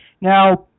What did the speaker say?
now